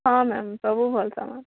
ହଁ ମ୍ୟାମ୍ ସବୁ ଭଲ ତ